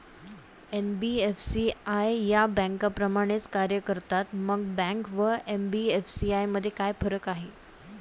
NBFC या बँकांप्रमाणेच कार्य करतात, मग बँका व एन.बी.एफ.सी मध्ये काय फरक आहे?